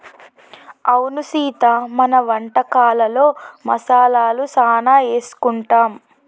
అవును సీత మన వంటకాలలో మసాలాలు సానా ఏసుకుంటాం